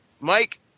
Mike